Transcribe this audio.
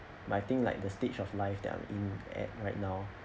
but I think like the stage of life that I'm in at right now